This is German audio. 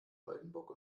oldenburg